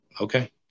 Okay